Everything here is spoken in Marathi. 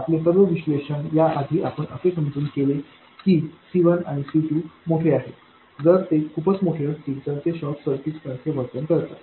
आपले सर्व विश्लेषण या आधी आपण असे समजून केले की C1आणि C2 मोठे आहेत जर ते खूपच मोठे असतील तर ते शॉर्ट सर्किट्स सारखे वर्तन करतात